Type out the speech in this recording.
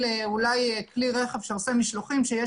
אלא אולי מכלי רכב שעושה משלוחים שיש